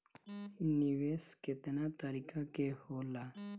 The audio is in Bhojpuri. निवेस केतना तरीका के होला?